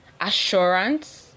assurance